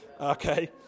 okay